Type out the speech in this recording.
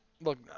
Look